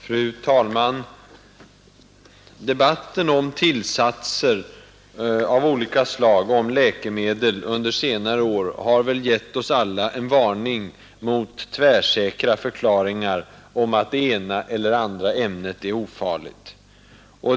Fru talman! Debatten om tillsatser av olika slag under senare år har givit oss en varning mot tvärsäkra förklaringar om att det ena eller andra ämnet är ofarligt.